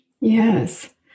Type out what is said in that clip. Yes